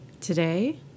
Today